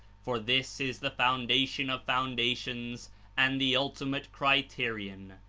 for this is the foundation of foundations and the ultimate criterion.